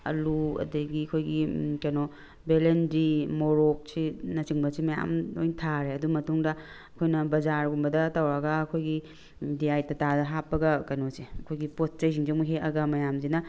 ꯑꯥꯜꯂꯨ ꯑꯗꯒꯤ ꯑꯩꯈꯣꯏꯒꯤ ꯀꯩꯅꯣ ꯕꯦꯂꯟꯗ꯭ꯔꯤ ꯃꯣꯔꯣꯛ ꯑꯁꯤꯅꯆꯤꯡꯕꯁꯦ ꯃꯌꯥꯝ ꯂꯣꯏꯅ ꯊꯥꯔꯦ ꯑꯗꯨ ꯃꯇꯨꯡꯗ ꯑꯩꯈꯣꯏꯅ ꯕꯖꯥꯔꯒꯨꯝꯕꯗ ꯇꯧꯔꯒ ꯑꯩꯈꯣꯏꯒꯤ ꯗꯤ ꯑꯥꯏ ꯇꯇꯥꯗ ꯍꯥꯞꯄꯒ ꯀꯩꯅꯣꯁꯦ ꯑꯩꯈꯣꯏꯒꯤ ꯄꯣꯠ ꯆꯩꯁꯤꯡꯁꯤ ꯑꯃꯨꯛ ꯍꯦꯛꯑꯒ ꯃꯌꯥꯝꯁꯤꯅ